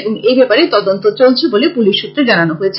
এবং এব্যপারে তদন্ত চলছে বলে পুলিশ সুত্রে জানানো হয়েছে